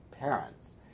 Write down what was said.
parents